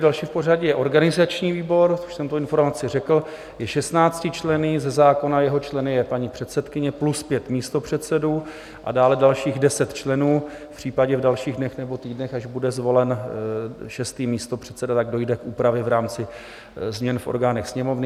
Další v pořadí je organizační výbor, už jsem tu informaci řekl, je 16členný, ze zákona jeho členy je paní předsedkyně plus pět místopředsedů a dále dalších deset členů, v případě v dalších dnech nebo týdnech až bude zvolen šestý místopředseda, tak dojde k úpravě v rámci změn v orgánech Sněmovny.